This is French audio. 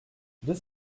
deux